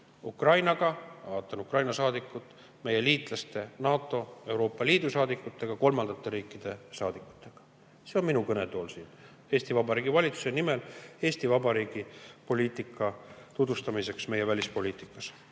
Ukrainaga – vaatan Ukraina saadikut –, meie liitlaste, NATO, Euroopa Liidu saadikutega, kolmandate riikide saadikutega. See on minu kõnetool siin Eesti Vabariigi valitsuse nimel Eesti Vabariigi välispoliitika tutvustamiseks. Kuna sa teist